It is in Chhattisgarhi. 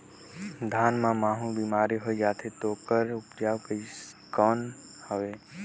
धान मां महू बीमारी होय जाथे तो ओकर उपचार कौन हवे?